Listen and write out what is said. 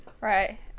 Right